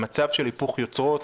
במצב של היפוך יוצרות,